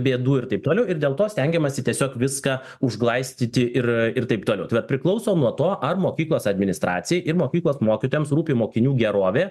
bėdų ir taip toliau ir dėl to stengiamasi tiesiog viską užglaistyti ir ir taip toliau tai vat priklauso nuo to ar mokyklos administracijai ir mokyklos mokytojams rūpi mokinių gerovė